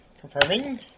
Confirming